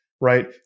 right